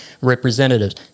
representatives